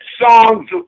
songs